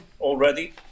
already